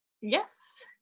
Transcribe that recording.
Yes